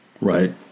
Right